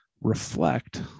reflect